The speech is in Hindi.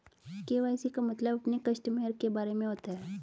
के.वाई.सी का मतलब अपने कस्टमर के बारे में होता है